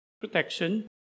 protection